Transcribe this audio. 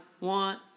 want